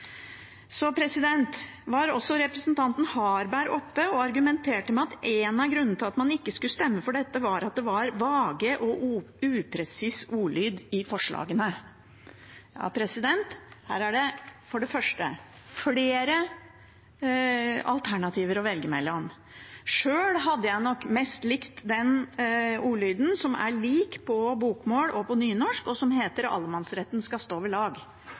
Så var også representanten Harberg oppe og argumenterte med at en av grunnene til at man ikke skulle stemme for dette, var at det var vag og upresis ordlyd i forslagene. Her er det for det første flere alternativer å velge mellom. Sjøl hadde jeg nok mest likt den ordlyden som er lik på bokmål og på nynorsk, og som heter «allemannsretten skal stå ved lag».